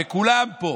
וכולם פה,